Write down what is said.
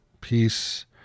peace